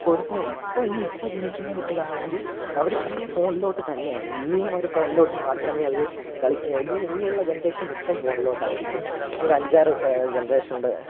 ഇപ്പോഴത്തെ ഇപ്പോൾ ഇനി ഇപ്പം ജനിക്കുന്ന കുട്ടിയാണെങ്കിൽ അവർ പിന്നെയും ഫോണിലോട്ട് തന്നെയാണ് ഇനിയും അവർ ഫോണിലോട്ട് മാത്രമേ അവർ കളിക്കുക ഇനി ഇനിയുള്ള ജെൻറേഷൻ മൊത്തവും ഫോണിലോട്ടായിരിക്കും ഇനിയൊഞ്ചാറ് ജെനറേഷനുടെ